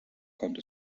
kommt